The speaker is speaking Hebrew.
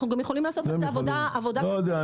אנחנו יכולים לעשות גם עבודת תחקיר.